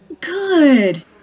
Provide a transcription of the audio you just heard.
Good